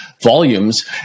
volumes